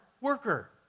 worker